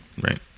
Right